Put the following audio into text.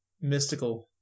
Mystical